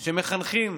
שמחנכים